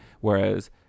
whereas